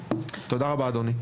תודה רבה, אדוני.